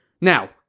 Now